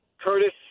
Curtis